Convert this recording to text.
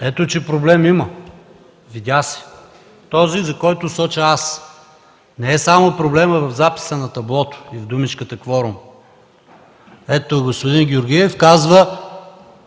Ето, че проблем има – видя се – този, който соча аз. Не е само проблемът в записа на таблото и в думичката „кворум”. Ето и господин Георгиев казва: